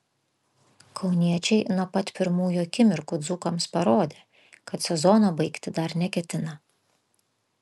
kauniečiai nuo pat pirmųjų akimirkų dzūkams parodė kad sezono baigti dar neketina